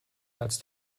als